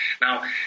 now